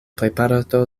plejparto